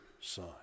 son